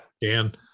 Dan